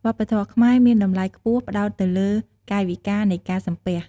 វប្បធម៌ខ្មែរមានតម្លៃខ្ពស់ផ្តោតទៅលើកាយវិការនៃការសំពះ។